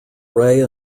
ray